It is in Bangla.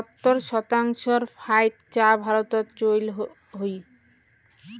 সত্তর শতাংশর ফাইক চা ভারতত চইল হই